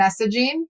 messaging